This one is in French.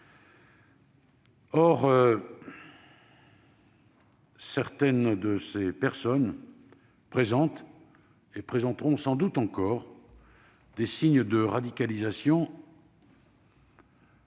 certaines d'entre elles présentent et présenteront sans doute encore des signes de radicalisation.